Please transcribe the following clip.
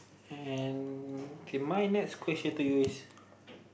and my next question is